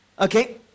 Okay